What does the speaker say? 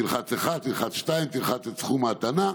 תלחץ אחד, תלחץ שתיים, תלחץ את סכום ההטענה,